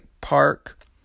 Park